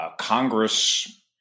Congress